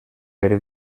per